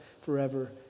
forever